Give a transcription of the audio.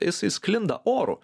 jisai sklinda oru